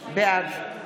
בעד גילה גמליאל, בעד